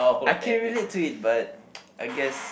I can relate to it but I guess